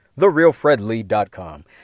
TheRealFredLee.com